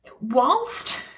whilst